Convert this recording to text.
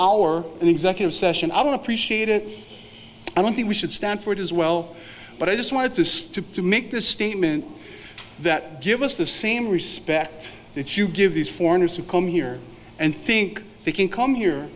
hour an executive session i don't appreciate it i don't think we should stand for it as well but i just wanted to make this statement that give us the same respect that you give these foreigners who come here and think they can come here